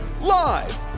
Live